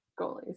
Goalies